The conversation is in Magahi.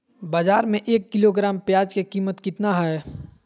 बाजार में एक किलोग्राम प्याज के कीमत कितना हाय?